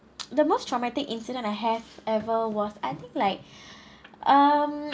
the most traumatic incident I have ever was I think like um